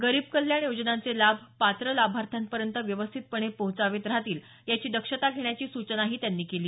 गरीब कल्याण योजनांचे लाभ पात्र लाभार्थ्यांपर्यंत व्यवस्थितपणे पोहोचत राहतील याची दक्षता घेण्याची सूचनाही पंतप्रधानांनी केली